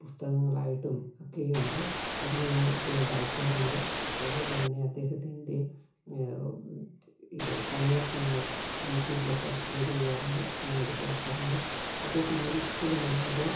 പുസ്തകങ്ങളായിട്ടും ഒക്കെയും ഉണ്ട് അത് ഞാൻ വായിക്കാറുണ്ട് അതുപോലെ തന്നെ അദ്ദേഹത്തിൻ്റെ ഇത് സന്ദേശങ്ങൾ യൂട്യൂബിലൊക്കെ അപ്പ്ലോഡ് ചെയ്യാറുണ്ട് ഞാൻ അത് കേൾക്കാറുണ്ട് അദ്ദേഹം ഒരിക്കലും ഒരു മത